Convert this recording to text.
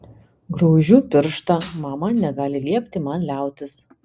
graužiu pirštą mama negali liepti man liautis